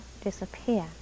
disappear